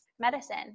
medicine